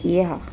इहा